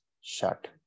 shut